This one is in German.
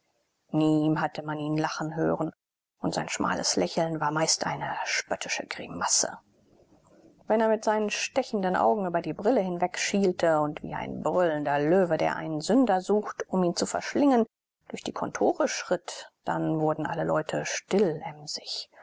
nie hatte man ihn lachen hören und sein schmales lächeln war meist eine spöttische grimasse wenn er mit seinen stechenden augen über die brille hinwegschielte und wie ein brüllender löwe der einen sünder sucht um ihn zu verschlingen durch die kontore schritt dann wurden alle leute stillemsig